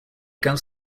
comes